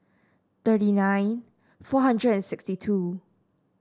thirty nine four hundred and sixty two